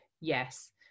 Yes